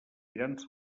aspirants